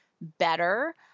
better